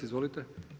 Izvolite.